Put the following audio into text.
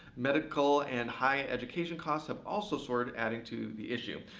medical and high education costs have also soared, adding to the issue.